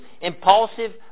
impulsive